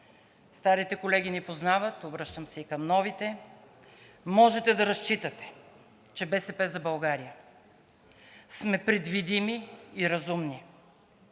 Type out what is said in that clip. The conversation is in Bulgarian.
старите колеги ни познават, обръщам се и към новите: можете да разчитате, че „БСП за България“ сме предвидими и разумни,